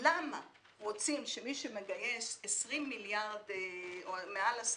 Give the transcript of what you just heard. למה רוצים שמי שמגייס 20 מיליארד או מעל 10